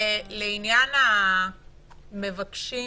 לעניין המבקשים